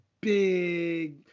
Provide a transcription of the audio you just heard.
big